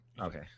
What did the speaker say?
Okay